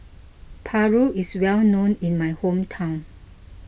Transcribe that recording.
Paru is well known in my hometown